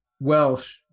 Welsh